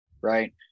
right